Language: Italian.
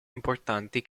importanti